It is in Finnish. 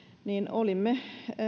niin olimme